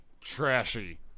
trashy